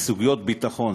כסוגיות ביטחון.